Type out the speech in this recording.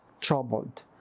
troubled